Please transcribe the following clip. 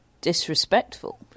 disrespectful